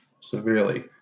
severely